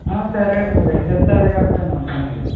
ఆ సరే అండి మరి ఏది చెప్తే అదే కరెక్ట్ అండి ఉంటానండి